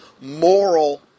moral